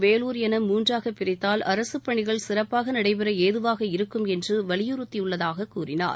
வேலூர் என முன்றாக பிரித்தால் அரசுப் பணிகள் சிறப்பாக நடைபெற ஏதுவாக இருக்கும் என்று வலியுறுத்தியுள்ளதாகக் கூறினார்